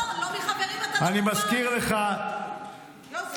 אני מזכיר לך --- לא נכון.